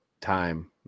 time